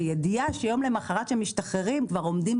בידיעה שיום למחרת שהם משתחררים כבר עומדים